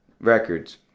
records